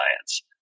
science